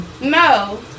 No